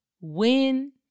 win